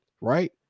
right